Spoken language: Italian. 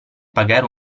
pagare